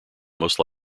most